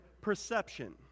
perception